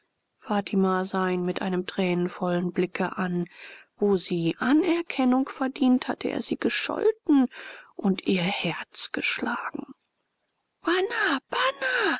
sah ihn mit einem tränenvollen blicke an wo sie anerkennung verdient hatte er sie gescholten und ihr herz geschlagen bana bana